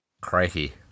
Crikey